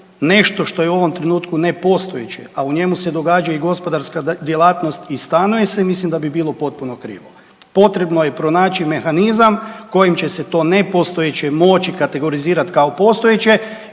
nešto što je u ovom trenutku nepostojeće, a u njemu se događa i gospodarska djelatnost i stanuje se mislim da bi bilo potpuno krivo. Potrebno je pronaći mehanizam kojim će se to nepostojeće moći kategorizirati kao postojeće